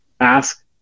ask